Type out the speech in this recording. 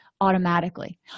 automatically